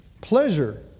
pleasure